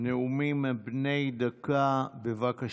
נאומים בני דקה, בבקשה.